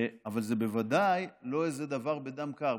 אבל זה בוודאי לא איזה דבר בדם קר.